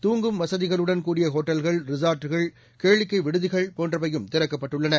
தூங்கும் வசதிகளுடன்கூடிய ஹோட்டல்கள் ரிஸாா்ட்கள் கேளிக்கை விடுதிகள் போன்றவையும் திறக்கப்பட்டுள்ளன